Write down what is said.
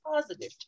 positive